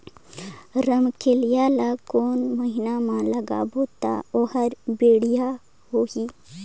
रमकेलिया ला कोन महीना मा लगाबो ता ओहार बेडिया होही?